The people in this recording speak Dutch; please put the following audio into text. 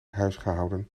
huisgehouden